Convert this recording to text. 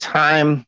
time